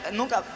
nunca